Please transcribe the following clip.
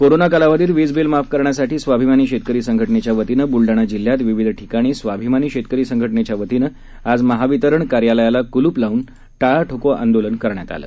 corona कालावधीत वीज bill माफ करण्यासाठी स्वाभिमानी शेतकरी संघटनेच्या वतीनं बुलडाणा जिल्ह्यात विविध ठिकाणी स्वाभिमानी शेतकरी संघटनेच्या वतीनं आज महावितरण कार्यालयाला कुलूप लावून ताळा ठोको आंदोलन करण्यात आलं